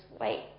wait